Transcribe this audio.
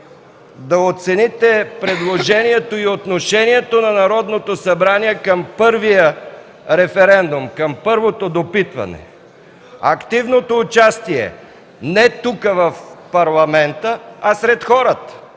да оцените предложението и отношението на Народното събрание към първия референдум, към първото допитване. Активното участие не е тук, в парламента, а сред хората.